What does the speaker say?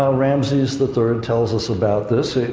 um ramses the third tells us about this.